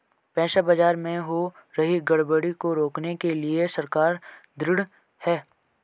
पैसा बाजार में हो रही गड़बड़ी को रोकने के लिए सरकार ढृढ़ है